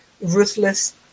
ruthless